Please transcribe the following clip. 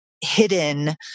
hidden